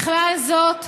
בכלל זאת,